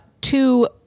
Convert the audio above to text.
two